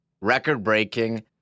record-breaking